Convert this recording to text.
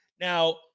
Now